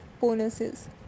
bonuses